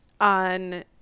on